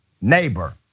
neighbor